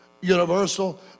Universal